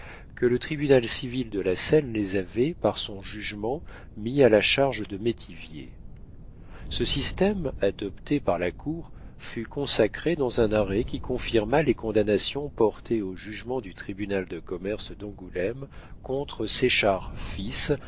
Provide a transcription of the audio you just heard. que le tribunal civil de la seine les avait par son jugement mis à la charge de métivier ce système adopté par la cour fut consacré dans un arrêt qui confirma les condamnations portées au jugement du tribunal de commerce d'angoulême contre séchard fils